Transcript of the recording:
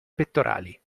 pettorali